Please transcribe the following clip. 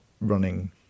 running